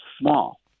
small